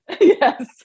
Yes